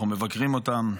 אנחנו מבקרים אותם,